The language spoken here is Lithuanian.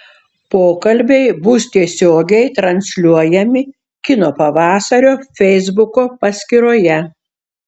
pokalbiai bus tiesiogiai transliuojami kino pavasario feisbuko paskyroje